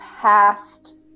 past